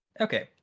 Okay